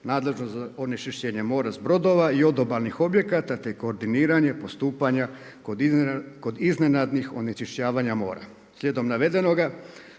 nadležno za onečišćenje mora s brodova i od obalnih objekata te koordiniranje postupanja kod iznenadnih onečišćavanja mora. Slijedom navedenoga